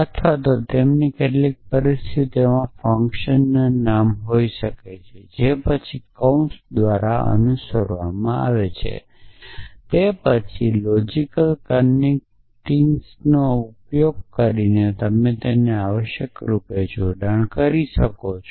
અથવા તે કેટલીક પરિસ્થિતિઓમાં ફંક્શન નામ હોઈ શકે છે જે પછી કૌંસ દ્વારા અનુસરવામાં આવે છે અને તે પછી લોજિકલ કનેક્ટીક્લ્સનો ઉપયોગ કરીને આવશ્યક રૂપે જોડાયેલ છે